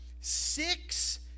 six